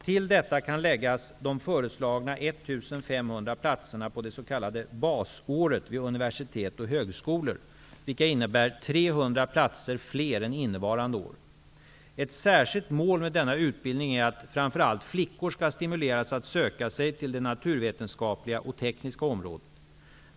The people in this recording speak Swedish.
Till detta kan läggas de föreslagna 1 500 platserna på det s.k. basåret vid universitet och högskolor, vilka innebär 300 platser fler än innevarande år. Ett särskilt mål med denna utbildning är att framför allt flickor skall stimuleras att söka sig till det naturvetenskapliga och tekniska området.